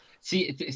see